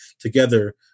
together